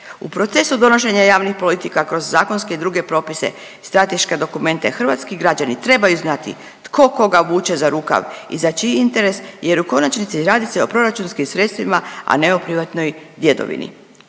U procesu donošenja javnih politika kroz zakonske i druge propise i strateške dokumente hrvatski građani trebaju znati tko koga vuče za rukav i za čiji interes jer u konačnici radi se o proračunskim sredstvima, a ne o privatnoj djedovini.